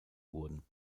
wurden